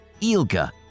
ILGA